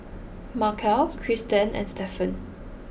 Markell Cristen and Stefan